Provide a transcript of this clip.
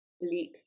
bleak